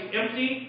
empty